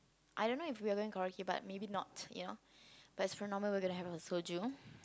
I don't know if we were going karaoke but maybe not you know but as for normal we were going to have a little Soju